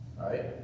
right